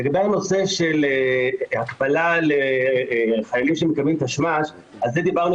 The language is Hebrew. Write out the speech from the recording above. לגבי הקבלה לחיילים שמקבלים תשמ"ש על זה דיברנו